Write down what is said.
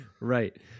Right